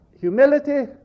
humility